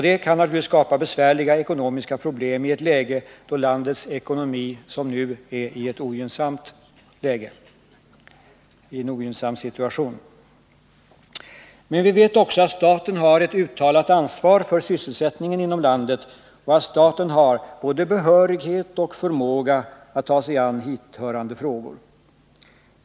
Detta kan naturligtvis skapa besvärliga ekonomiska problem i ett läge då landets ekonomi är ogynnsam. Men vi vet ju också att staten har ett uttalat ansvar för sysselsättningen inom landet och att staten har både behörighet och förmåga att ta sig an hithörande frågor.